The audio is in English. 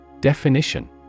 Definition